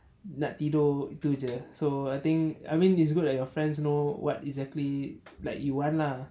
nak tidur tu jer so I think I mean it's good that your friends you know what exactly like you want ah